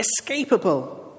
escapable